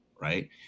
right